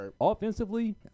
Offensively